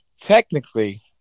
technically